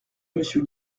monsieur